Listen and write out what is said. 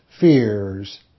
fears